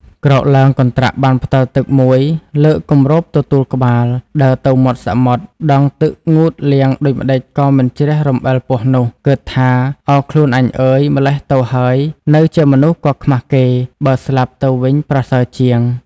ក្រោកឡើងកន្ដ្រាក់បានផ្ដិលទឹកមួយលើកគ្របទទូលក្បាល ដើរទៅមាត់សមុទ្រ ដងទឹកងូតលាងដូចម្ដេចក៏មិនជ្រះរំអិលពស់នោះ គិតថាឱខ្លួនអញអើយម្ល៉េះទៅហើយនៅជាមនុស្សក៏ខ្មាស់គេ បើស្លាប់ ទៅវិញប្រសើរជាង។